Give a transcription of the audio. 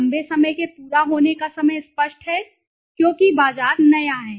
लंबे समय के पूरा होने का समय स्पष्ट है क्योंकि बाजार नया है